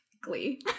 glee